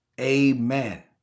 Amen